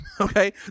Okay